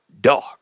dark